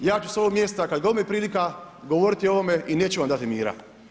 Ja ću s ovog mjesta kada god mi je prilika govoriti o ovome i neću vam dati mira.